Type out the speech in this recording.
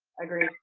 i agree.